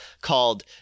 called